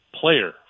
player